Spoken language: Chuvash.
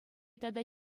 тата